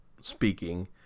speaking